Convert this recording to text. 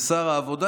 לשר העבודה,